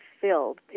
filled